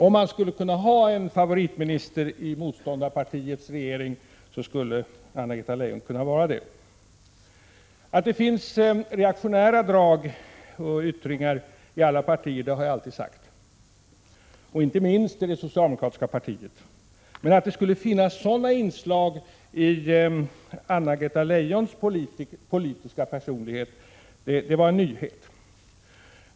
Om man skulle kunna ha en favoritminister i motståndarpartiets regering, skulle Anna-Greta Leijon vara det. Att det finns reaktionära drag och yttringar i alla partier har jag alltid sagt, inte minst i det socialdemokratiska partiet. Men att det skulle finnas sådana inslag i Anna-Greta Leijons politiska personlighet var en nyhet.